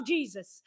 Jesus